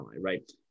right